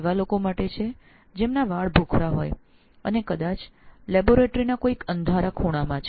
એવા લોકો માટે છે જેમના વાળ ભૂખરા છે અને કદાચ તેઓ લેબોરેટરી ના અંધારા ખૂણામાં હોય છે